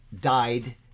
died